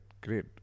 Great